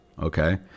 Okay